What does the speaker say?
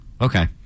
Okay